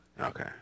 Okay